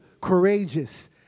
courageous